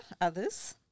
others